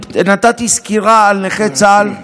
נתתי סקירה על נכי צה"ל,